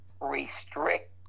restrict